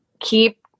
keep